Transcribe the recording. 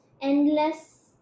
endless